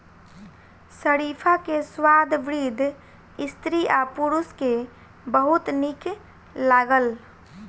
शरीफा के स्वाद वृद्ध स्त्री आ पुरुष के बहुत नीक लागल